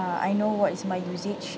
I know what is my usage